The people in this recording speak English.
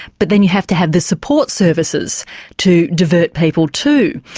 but then you have to have the support services to divert people to.